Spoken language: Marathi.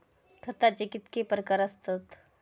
खताचे कितके प्रकार असतत?